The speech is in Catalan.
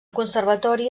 conservatori